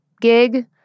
gig